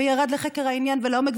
וירד לחקר העניין ולעומק.